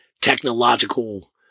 technological